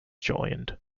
joined